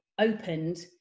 opened